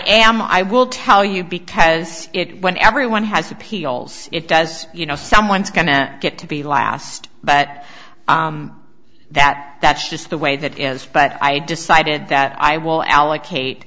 am i will tell you because when everyone has appeals it does you know someone's going to get to be last but that that's just the way that it is but i decided that i will allocate